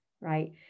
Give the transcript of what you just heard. right